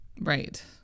Right